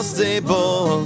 Stable